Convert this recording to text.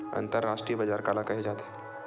अंतरराष्ट्रीय बजार काला कहे जाथे?